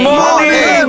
morning